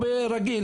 או רגיל?